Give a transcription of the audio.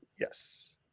yes